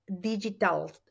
digital